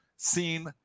Seen